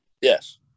yes